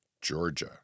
Georgia